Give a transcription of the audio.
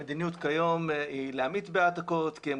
המדיניות כיום היא למעט בהעתקות כי הן